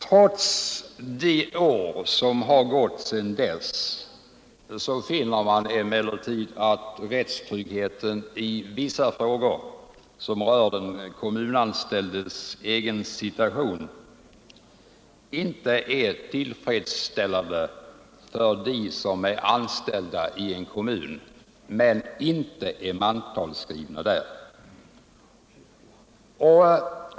Trots de år som har gått sedan dess finner man emellertid att rättstryggheten i vissa frågor som rör den kommunalanställdes egen situation inte är tillfredsställande för personer som är anställda av en kommun men inte är mantalsskrivna där.